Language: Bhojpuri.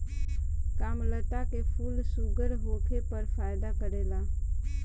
कामलता के फूल शुगर होखे पर फायदा करेला